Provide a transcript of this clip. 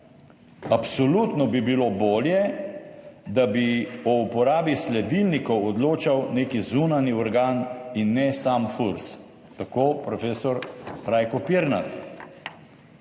Absolutno bi bilo bolje, da bi o uporabi sledilnikov odločal neki zunanji organ in ne sam Furs.« Tako profesor Rajko Pirnat.